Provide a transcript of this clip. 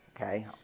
okay